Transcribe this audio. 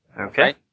Okay